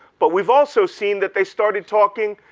but we've also seen that they started talking,